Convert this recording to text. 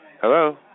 Hello